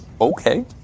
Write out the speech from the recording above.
Okay